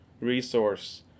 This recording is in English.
resource